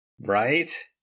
Right